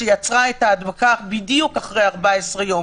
שיצרה את ההדבקה בדיוק אחרי 14 יום